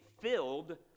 filled